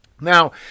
Now